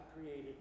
created